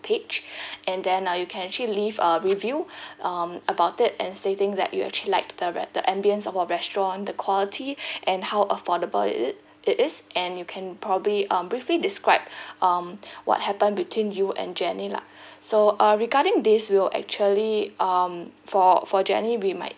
page and then uh you can actually leave a review um about it and stating that you actually liked the re~ the ambiance of our restaurant the quality and how affordable it it it is and you can probably um briefly describe um what happened between you and jenny lah so uh regarding this we'll actually um for for jenny we might